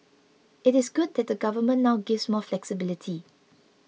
it is good that the Government now gives more flexibility